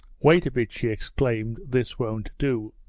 wait a bit she exclaimed, this won't do